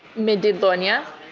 miy dede lonya,